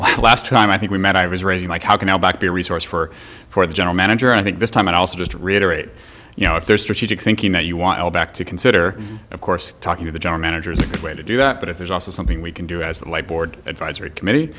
even last time i think we met i was ready mike how can i go back to resource for for the general manager i think this time and also just reiterate you know if there's strategic thinking that you want all back to consider of course talking to the general manager is a good way to do that but if there's also something we can do as a white board advisory committee